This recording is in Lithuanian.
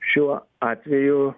šiuo atveju